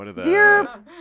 Dear